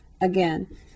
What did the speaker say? again